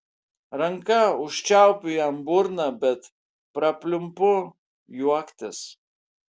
ranka užčiaupiu jam burną bet prapliumpu juoktis